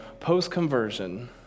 Post-conversion